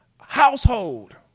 household